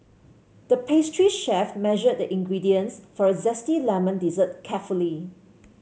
the pastry chef measured the ingredients for a zesty lemon dessert carefully